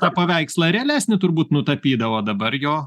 tą paveikslą realesnį turbūt nutapydavo dabar jo